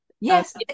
Yes